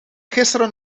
gisteren